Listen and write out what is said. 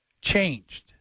changed